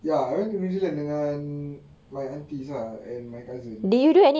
ya I went to new zealand dengan my aunties lah and my cousins